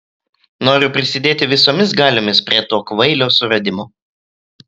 noriu prisidėti visomis galiomis prie to kvailio suradimo